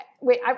Wait